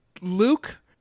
Luke